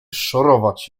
szorować